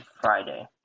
Friday